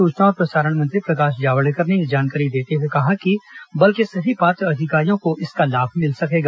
सुचना और प्रसारण मंत्री प्रकाश जावड़ेकर ने यह जानकारी देते हुए कहा कि बल के सभी पात्र अधिकारियों को लाभ मिलेगा